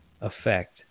effect